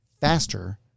faster